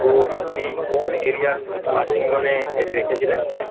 তো আপনি কোন এরিয়ার পার্কিং জোনে এটি রেখেছিলেন